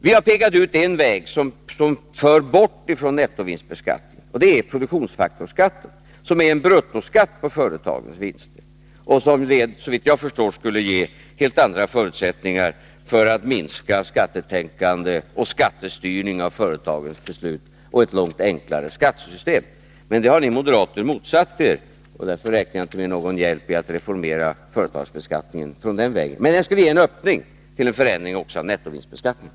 Vi har pekat ut en väg som för bort ifrån nettovinstbeskattningen. Det är produktionsfaktorsskatten, som är en bruttoskatt på företagens vinst och som, såvitt jag förstår, skulle ge helt andra förutsättningar för att minska skattetänkande och skattestyrning av företagens beslut och ett långt enklare skattesystem. Men det har ni moderater motsatt er, och därför räknar jag inte med någon hjälp att reformera företagsbeskattningen från det hållet. Produktionsfaktorsskatten skulle dock ge en öppning till en förändring också av nettovinstbeskattningen.